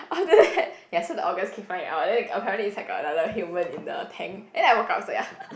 after that ya so the organs keep flying out then apparently inside got another human in the tank and then I woke up so ya